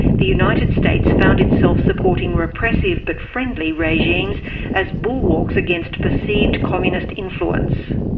the united states found itself supporting repressive but friendly regimes as bulwarks against perceived communist influence.